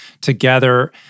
together